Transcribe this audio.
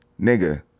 Nigga